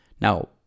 now